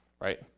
right